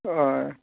हय